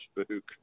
spook